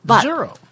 Zero